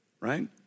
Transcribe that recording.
right